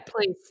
please